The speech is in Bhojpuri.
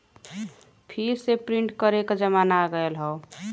फिर से प्रिंट करे क जमाना आ गयल हौ